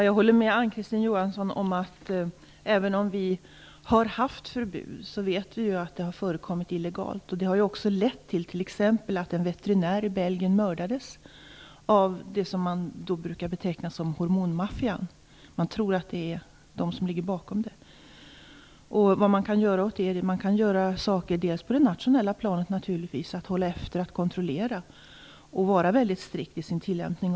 Fru talman! Vi har haft förbud, men jag håller med Ann-Kristin Johansson om att hormoner har förekommit illegalt. Det har t.ex. lett till att en veterinär i Belgien mördades av det som man brukar beteckna som hormonmaffian. Man tror att det är den som ligger bakom. Man kan göra saker på det nationella planet, t.ex. hålla efter, kontrollera och vara väldigt strikt i sin tillämpning.